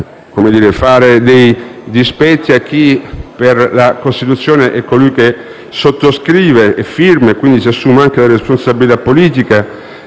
volendo fare dei dispetti a chi per Costituzione è colui che sottoscrive e firma e si assume la responsabilità politica